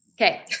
Okay